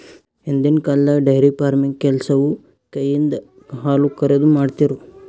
ಹಿಂದಿನ್ ಕಾಲ್ದಾಗ dairy farming ಕೆಲಸವು ಕೈಯಿಂದ ಹಾಲುಕರೆದು, ಮಾಡ್ತಿರು